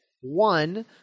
One